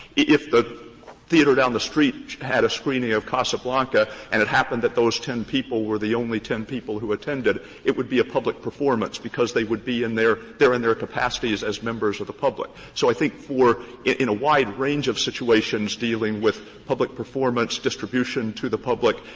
if the theater down the street had a screening of casablanca and it happened that those ten people were the only ten people who attended, it would be a public performance, because they would be in there there in their capacities as members of the public. so i think for in a wide range of situations dealing with public performance, distribution to the public,